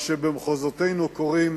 מה שבמחוזותינו קוראים